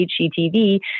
hgtv